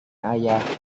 ayah